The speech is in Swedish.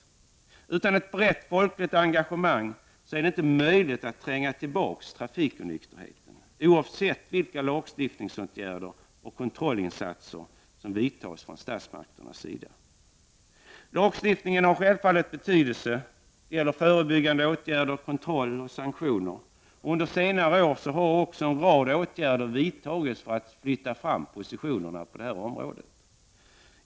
Utan ett brett folkligt engagemang är det inte möjligt att tränga tillbaka trafikonykterhet, oavsett vilka lagstiftningsåtgärder och kontrollinsatser som sätts in från statsmakternas sida. Förebyggande åtgärder, kontroll och sanktioner enligt lagstiftning har självfallet stor betydelse. Under senare år har också en rad åtgärder vidtagits för att flytta fram positionerna på detta område.